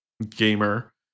gamer